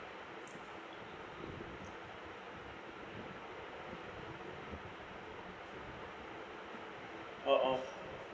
oh oh